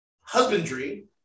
husbandry